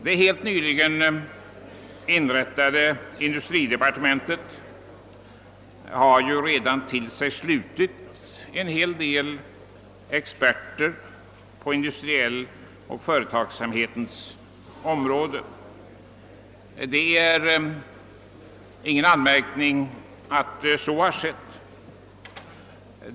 Det helt nyligen inrättade industridepartementet har redan till sig knutit en hel del experter på industrins och företagsamhetens område. Det är ingen anmärkning att så har skett.